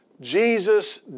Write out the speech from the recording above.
Jesus